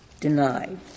denied